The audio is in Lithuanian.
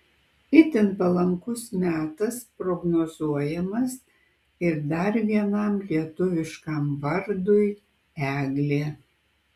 itin palankus metas prognozuojamas ir dar vienam lietuviškam vardui eglė